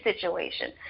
situation